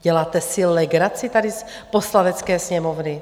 Děláte si legraci tady z Poslanecké sněmovny?